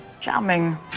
Charming